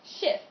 shift